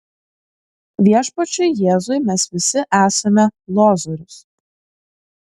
viešpačiui jėzui mes visi esame lozorius